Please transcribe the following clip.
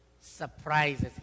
surprises